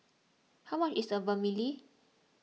how much is Vermicelli